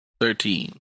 Thirteen